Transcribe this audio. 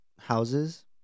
houses